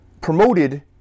promoted